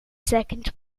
second